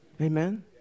Amen